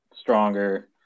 stronger